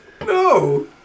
No